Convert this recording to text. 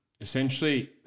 Essentially